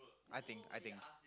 I think I think